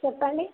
చెప్పండి